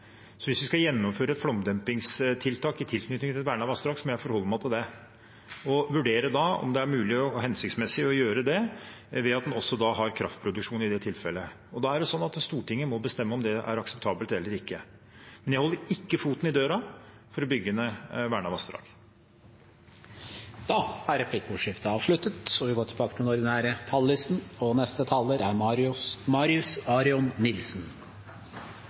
vassdrag, må jeg forholde meg til det og vurdere om det er mulig og hensiktsmessig å gjøre det ved at en også har kraftproduksjon i det tilfellet. Da er det sånn at Stortinget må bestemme om det er akseptabelt eller ikke, men jeg holder ikke foten i døra for å bygge ned vernede vassdrag. Replikkordskiftet er avsluttet. De talere som heretter får ordet, har også en taletid på inntil 3 minutter. Det var fascinerende å høre på replikkordskiftet og